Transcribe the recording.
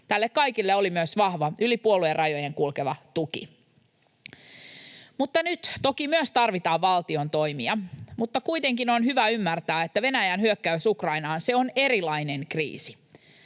Tälle kaikelle oli myös vahva, yli puoluerajojen kulkeva tuki. Mutta toki myös nyt tarvitaan valtion toimia, mutta kuitenkin on hyvä ymmärtää, että Venäjän hyökkäys Ukrainaan, se on erilainen kriisi.